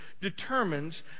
determines